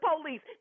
Police